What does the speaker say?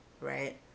right